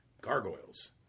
Gargoyles